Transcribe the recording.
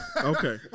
okay